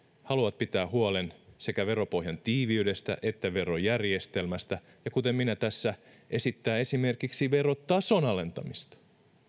haluavat pitää huolen sekä veropohjan tiiviydestä että verojärjestelmästä ja kuten minä tässä esittää esimerkiksi verotason alentamista